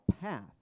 path